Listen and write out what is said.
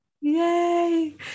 Yay